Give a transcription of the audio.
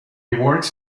works